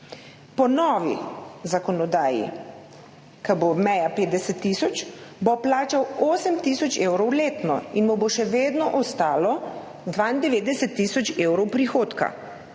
Po novi zakonodaji, ko bo meja 50 tisoč, bo plačal 8 tisoč evrov letno in mu bo še vedno ostalo 92 tisoč evrov prihodka.